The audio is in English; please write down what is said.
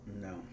No